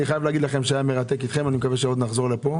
אני חייב לומר לכם שהיה מרתק אתכם ואני מקווה שעוד תחזרו לכאן.